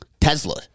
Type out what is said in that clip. Tesla